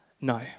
no